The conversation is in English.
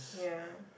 ya